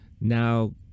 now